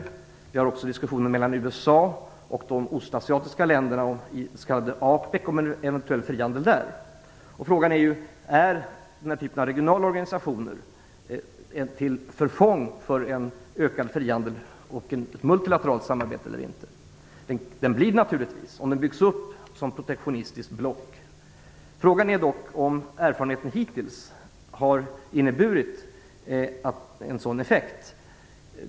Det förekommer också diskussioner mellan USA och de ostasiatiska länderna, APEC, om en eventuell frihandel. Frågan är om denna typ av regionala organisationer är till förfång för en ökad frihandel och ett multilateralt samarbete eller inte. Det blir naturligtvis så om det byggs upp protektionistiska block. Frågan är dock om erfarenheten hittills har inneburit en sådan effekt.